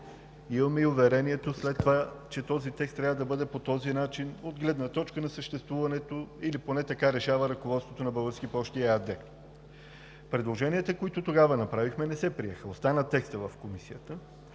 имаме и уверението след това, че този текст трябва да бъде по този начин от гледна точка на съществуването или поне така решава ръководството на „Български пощи“ АД. Предложенията, които тогава направихме, не се приеха. Остана текстът в Комисията,